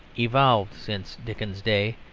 evolved since dickens's day,